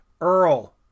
Earl